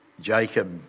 Jacob